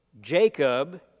Jacob